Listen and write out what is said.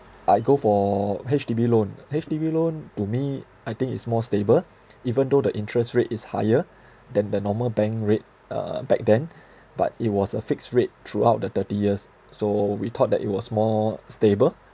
I go for H_D_B loan H_D_B loan to me I think is more stable even though the interest rate is higher than the normal bank rate uh back then but it was a fixed rate throughout the thirty years so we thought that it was more stable